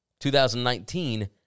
2019